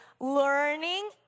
learning